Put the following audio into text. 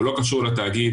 הוא לא קשור לתאגיד,